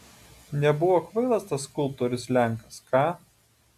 nebuvo kvailas tas skulptorius lenkas ką